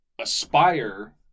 aspire